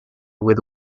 with